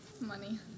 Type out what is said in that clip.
Money